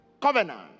covenant